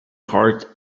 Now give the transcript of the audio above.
heart